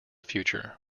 future